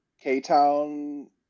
k-town